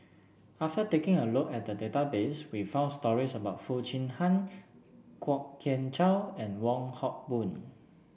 after taking a look at the database we found stories about Foo Chee Han Kwok Kian Chow and Wong Hock Boon